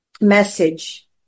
message